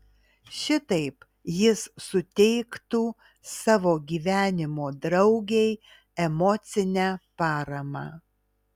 šitaip jis suteiktų savo gyvenimo draugei emocinę paramą